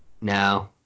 no